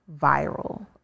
viral